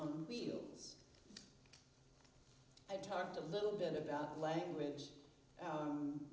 on wheels i talked a little bit about language